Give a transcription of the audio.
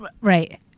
Right